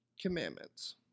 commandments